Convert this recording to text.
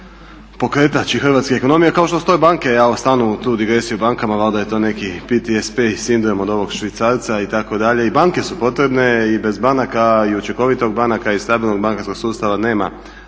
pokretač i hrvatske ekonomije, kao što su to i banke, evo ja stalno u tu digresiju o bankama, valjda je to neki PTSP sindrom od ovog švicarca itd. i banke su potrebne i bez banaka i učinkovitih banaka i stabilnog bankarskog sustava nema